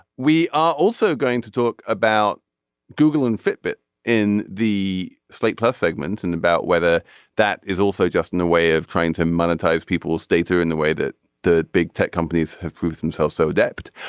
we are also going to talk about google and fitbit in the slate plus segment and about whether that is also just in the way of trying to monetize people stay through in the way that the big tech companies have proved themselves so adept.